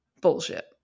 bullshit